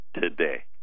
today